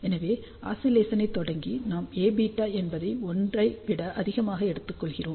எனவே ஆசிலேசனைத் தொடங்க நாம் Aβ என்பதை 1 ஐ விட அதிகமாக எடுத்துக் கொள்கிறோம்